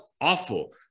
awful